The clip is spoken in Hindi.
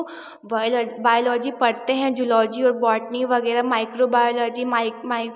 बायोलॉजी पढ़ते हैं जूलॉजी और बॉटनी वगैरह माइक्रो बायोलॉजी